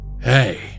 Hey